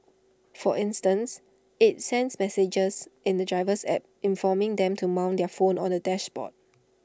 for instance IT sends messages in the driver's app informing them to mount their phone on the dashboard